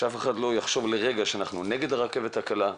שאף אחד לא יחשוב לרגע שאנחנו נגד הרכבת הקלה,